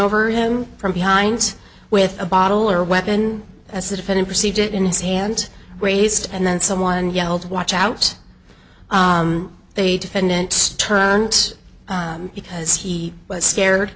over him from behind with a bottle or weapon as the defendant perceived it in his hand raised and then someone yelled watch out they defendant turnt because he was scared